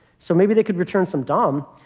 so maybe they could return some dom.